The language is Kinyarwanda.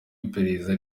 iperereza